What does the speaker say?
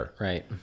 right